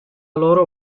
loro